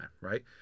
Right